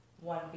one